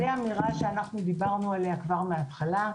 זו אמירה שדיברנו עליה כבר מההתחלה.